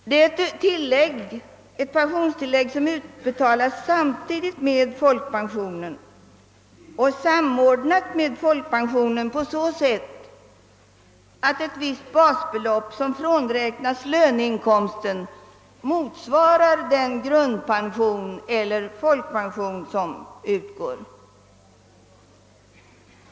Detta tillägg utbetalas samtidigt med folkpensionen och är samordnat med denna på så sätt, att ett visst basbelopp som frånräknas löneinkomsten motsvarar den grundpension eller folkpension som utgår.